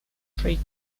freak